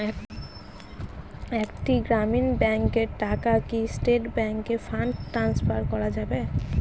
একটি গ্রামীণ ব্যাংকের টাকা কি স্টেট ব্যাংকে ফান্ড ট্রান্সফার করা যাবে?